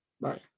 Bye